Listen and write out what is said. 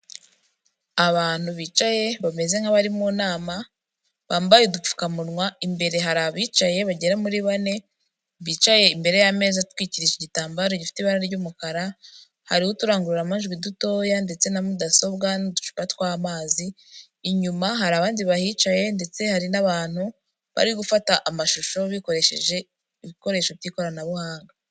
Abantu bicaye bameze nkabari mu nama bambaye udupfukamunwa imbere hari abicaye bagera muri bane bicaye imbere'ameza atwikisha igitambaro gifite ibara ry'umukara hariho uturangururamajwi dutoya ndetse na mudasobwa n'uducupa twamazi inyuma hari abandi bahicaye ndetse hari n'abantu bari gufata amashusho bikoresheje ibikoresho by'ikoranabuhanga.